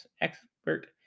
expert